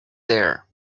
there